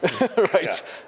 right